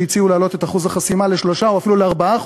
שהציעו להעלות את אחוז החסימה ל-3% או אפילו ל-4%,